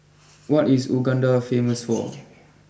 what is Uganda famous for